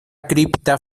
cripta